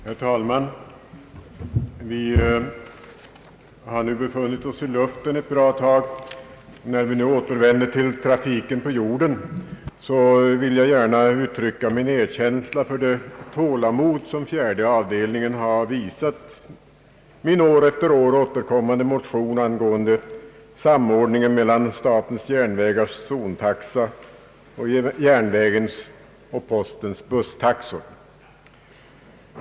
Herr talman! Vi har nu befunnit oss i luften ett bra tag. När vi återvänder till trafiken på jorden vill jag gärna uttrycka min erkänsla för det tålamod, som fjärde avdelningen har visat min år efter år återkommande motion angående samordningen mellan statens järnvägars zontaxa och järnvägens och postens busstaxor.